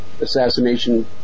assassination